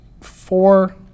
four